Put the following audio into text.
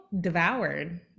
devoured